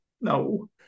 No